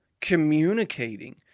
communicating